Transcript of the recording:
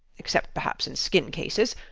except perhaps in skin cases.